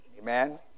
Amen